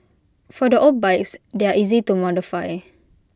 for the old bikes they're easy to modify